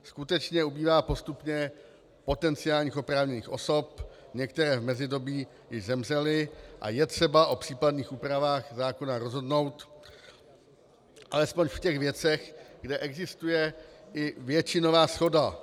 Skutečně ubývá postupně potenciálních oprávněných osob, některé v mezidobí i zemřely a je třeba o případných úpravách zákona rozhodnout alespoň v těch věcech, kde existuje i většinová shoda.